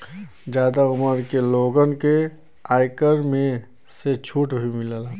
जादा उमर के लोगन के आयकर में से छुट भी मिलला